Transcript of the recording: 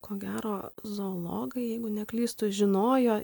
ko gero zoologai jeigu neklystu žinojo